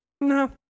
No